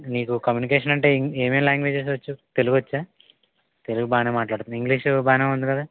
నీకు కమ్యూనికేషన్ అంటే ఇ ఏమేం ల్యాంగ్వేజస్ వచ్చు తెలుగొచ్చా తెలుగు బాగానే మాట్లాడుతన్నావు ఇంగ్లీషు బాగానే ఉంది కదా